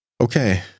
Okay